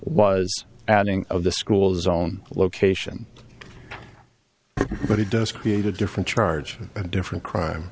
was adding of the school's own location but it does create a different charge different crime